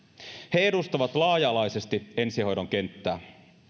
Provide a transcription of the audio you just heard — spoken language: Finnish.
he edustavat laaja alaisesti ensihoidon kenttää